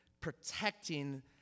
protecting